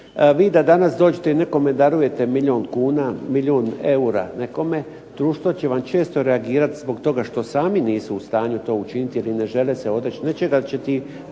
Vi da danas dođete nekome darujete milijun kuna, milijun eura nekome, društvo će vam često reagirati zbog tog što sami nisu u stanuju to učiniti ili ne žele se odreći